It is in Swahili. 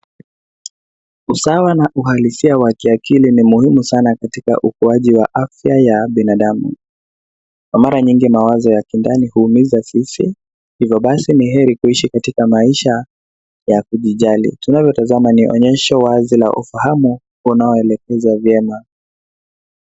Usawa na ualisia wa kiakili ni muhimu sana katika ukuaji wa afya ya binadamu. Kwa mara nyingi mawazo ya kindani uumiza sisi, hivyo basi ni heri kuishi katika maisha, ya kujijali, tunayotazama ni onyesho wazi, ya ufahamu, unaoelekezwa vyema.